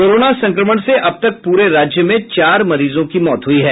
corona संक्रमण से अब तक पूरे राज्य में चार मरीजों की मौत हुई है